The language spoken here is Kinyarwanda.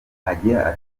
agira